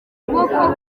ukuboko